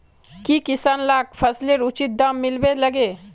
की किसान लाक फसलेर उचित दाम मिलबे लगे?